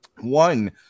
One